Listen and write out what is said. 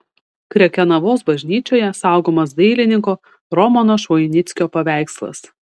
krekenavos bažnyčioje saugomas dailininko romano švoinickio paveikslas